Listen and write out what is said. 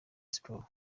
sports